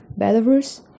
Belarus